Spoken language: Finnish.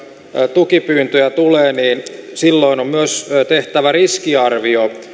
tukipyyntöjä tulee niin silloin on myös tehtävä riskiarvio